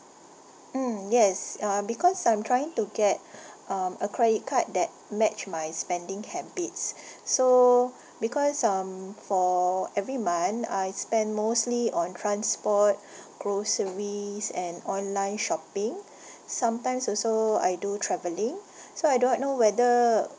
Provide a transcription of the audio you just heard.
mm yes uh because I'm trying to get um a credit card that match my spending habits so because um for every month I spent mostly on transport groceries and online shopping sometimes also I do traveling so I don't know whether